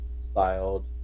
styled